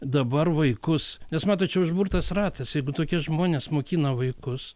dabar vaikus nes matot čia užburtas ratas jeigu tokie žmonės mokina vaikus